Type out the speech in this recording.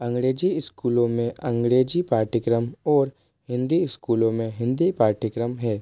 अंग्रेजी स्कूलों में अंग्रेज़ी पाठ्यक्रम और हिंदी स्कूलों में हिंदी पाठ्यक्रम है